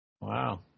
Wow